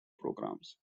programs